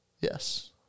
Yes